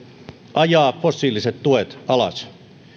ajaa fossiiliset tuet alas